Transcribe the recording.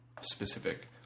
specific